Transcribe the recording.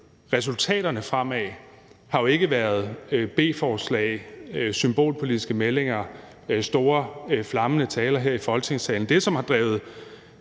resultaterne fremad, jo ikke været beslutningsforslag, symbolpolitiske meldinger og store, flammende taler her i Folketingssalen.